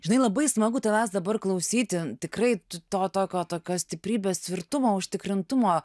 žinai labai smagu tavęs dabar klausyti tikrai tu to tokio tokios stiprybės tvirtumo užtikrintumo